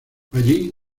allí